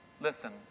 Listen